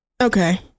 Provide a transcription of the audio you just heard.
okay